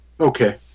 Okay